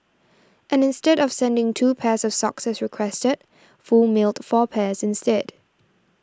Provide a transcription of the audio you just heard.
and instead of sending two pairs of socks as requested Foo mailed four pairs instead